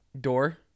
door